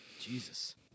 Jesus